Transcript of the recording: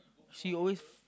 she always